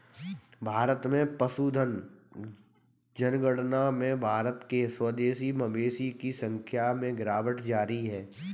भारत में पशुधन जनगणना में भारत के स्वदेशी मवेशियों की संख्या में गिरावट जारी है